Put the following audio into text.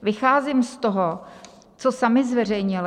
Vycházím z toho, co sami zveřejnili.